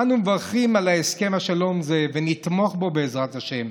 אנו מברכים על הסכם שלום זה ונתמוך בו, בעזרת השם.